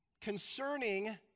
concerning